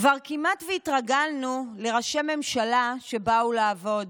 כבר כמעט התרגלנו לראשי ממשלה שבאו לעבוד